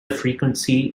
frequency